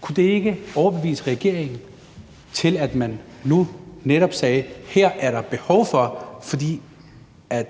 Kunne det ikke overbevise regeringen om, at man netop nu sagde: Her er der behov for, at